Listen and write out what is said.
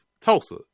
Tulsa